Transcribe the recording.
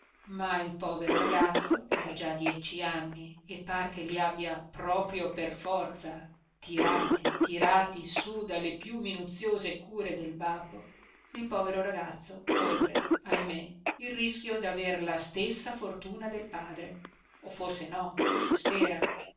ma il povero ragazzo che ha già dieci anni e par che li abbia proprio per forza tirati tirati su dalle più minuziose cure del babbo il povero ragazzo corre ahimè il rischio daver la stessa fortuna del padre o forse no si spera